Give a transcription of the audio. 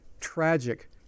tragic